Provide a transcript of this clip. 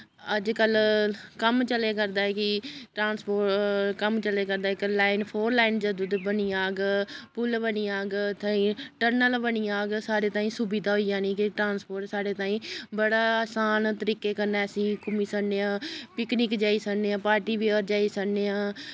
अजकल्ल कम्म चलै करदा ऐ कि ट्रांस्पोर्ट कम्म चलै करदा ऐ इक लाइन फोर लाइन जदूं इत्थै बनी जाग पुल बनी जाग इत्थै टन्नल बनी जाग साढ़े ताईं सुविधा होई जानी के ट्रांस्पोर्ट साढ़े ताईं बड़ा आसान तरीके कन्नै अस घूमी सकने आं पिकनिक जाई सकने आं पार्टी बी अस जाई सकने आं